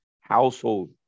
household